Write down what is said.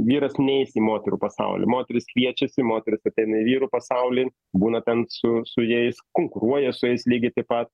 vyras neis į moterų pasaulį moterys kviečiasi moterys ateina į vyrų pasaulį būna ten su su jais konkuruoja su jais lygiai taip pat